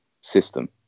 system